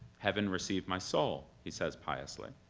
heaven receive my soul, he says piously.